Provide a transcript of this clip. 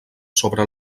sobre